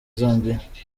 zambia